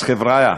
אז חבריא,